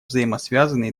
взаимосвязаны